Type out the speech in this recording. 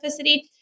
specificity